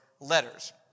letters